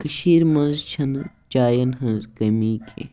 کٔشیٖرِ منٛز چھِنہٕ جاٮ۪ن ہنز کٔمی کیٚنہہ